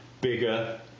bigger